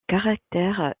caractère